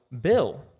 Bill